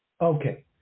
Okay